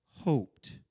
hoped